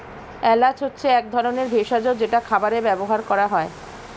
এলাচ হচ্ছে এক ধরনের ভেষজ যেটা খাবারে ব্যবহার করা হয়